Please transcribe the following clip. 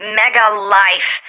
mega-life